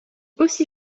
aussi